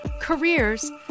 careers